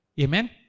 Amen